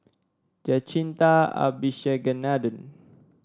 Jacintha Abisheganaden